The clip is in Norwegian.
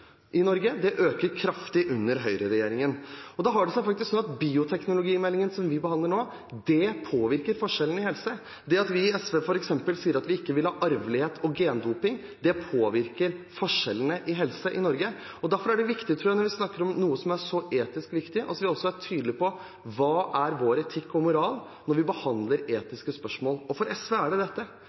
i Norge øker kraftig under Høyre-regjeringen. Det har seg faktisk slik at bioteknologimeldingen som vi behandler nå, påvirker forskjellene i helse. Det at vi i SV sier at vi ikke vil ha arvelighet og gendoping, påvirker forskjellene i helse i Norge. Derfor er det viktig når vi snakker om noe som er så etisk viktig, at vi også er tydelig på hva vår etikk og moral er når vi behandler etiske spørsmål. For SV er det dette.